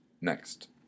Next